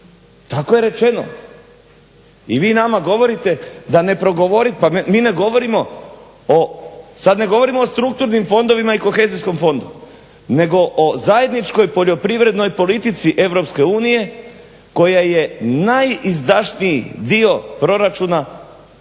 Tako je rečeno. I vi nama govorite da ne progovorite. Pa mi ne govorimo o, sad ne govorimo o strukturnim fondovima i kohezijskom fondu, nego o zajedničkoj poljoprivrednoj politici EU koja je najizdašniji dio proračuna EU